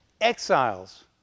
exiles